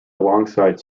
alongside